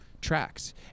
tracks